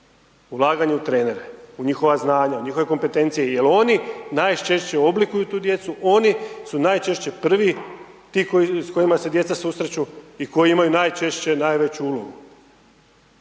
ulaganje u trenere, u njihova znanja, u njihove kompetencije jer oni najčešće oblikuju tu djecu, oni su najčešće prvi ti s kojima se djeca susreću i koji imaju najčešće najveću ulogu.